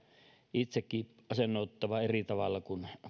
itsekin asennoiduttava eri tavalla kuin